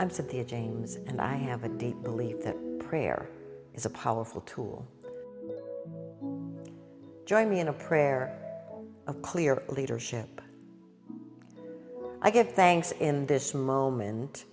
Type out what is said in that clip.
i'm cynthia jane and i have a deep belief that prayer is a powerful tool join me in a prayer of clear leadership i get thanks in this moment